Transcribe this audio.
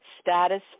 status